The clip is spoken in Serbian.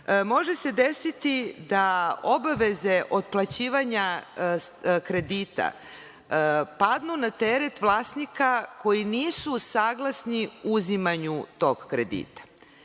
može se desiti da obaveze otplaćivanja kredita padnu na teret vlasnika koji nisu saglasni uzimanju tog kredita.